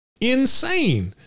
Insane